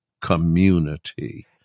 community